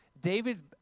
David's